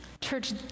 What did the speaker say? Church